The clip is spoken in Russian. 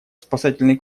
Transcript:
спасательный